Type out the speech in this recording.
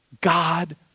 God